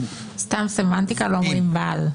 סתם סמנטיקה: לא אומרים "בעל".